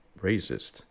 racist